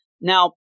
Now